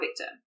victim